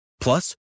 Plus